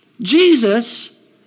Jesus